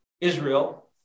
Israel